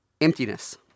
emptiness